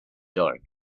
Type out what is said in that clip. dark